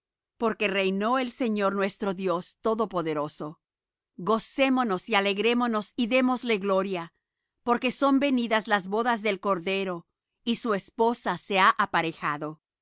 porque reinó el señor nuestro dios todopoderoso gocémonos y alegrémonos y démosle gloria porque son venidas las bodas del cordero y su esposa se ha aparejado